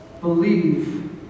believe